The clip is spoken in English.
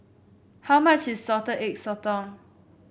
how much is Salted Egg Sotong